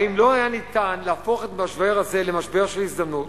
האם לא היה ניתן להפוך את המשבר הזה למשבר של הזדמנות?